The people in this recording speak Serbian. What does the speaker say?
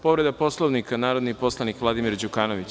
Povreda Poslovnika, narodni poslanik Vladimir Đukanović.